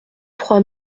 trois